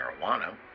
marijuana